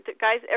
Guys